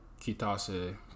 Kitase